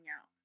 out